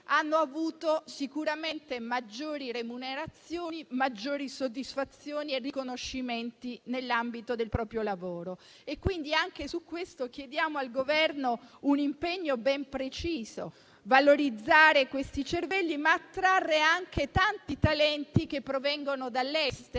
hanno avuto sicuramente maggiori remunerazioni, soddisfazioni e riconoscimenti nell'ambito del proprio lavoro. Anche su questo chiediamo al Governo, dunque, un impegno ben preciso per valorizzare questi cervelli, attraendo però anche tanti talenti che provengono dall'estero,